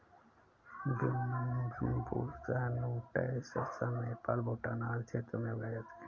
Bambusa nutans Assam, Nepal, Bhutan आदि क्षेत्रों में उगाए जाते है